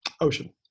Ocean